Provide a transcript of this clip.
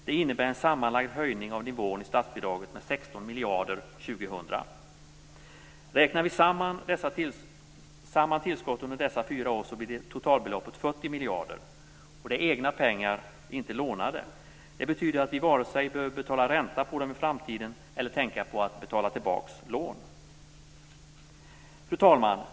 Det innebär en sammanlagd höjning av nivån i statsbidraget med 16 miljarder år Räknar vi samman tillskottet under dessa fyra år blir totalbeloppet 40 miljarder. Och det är egna pengar, inte lånade. Det betyder att vi varken behöver betala ränta på dem i framtiden eller tänka på att betala tillbaka lån. Fru talman!